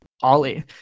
Ollie